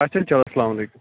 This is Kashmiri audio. اَچھا چَلو اَلسلام علیکُم